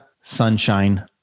sunshine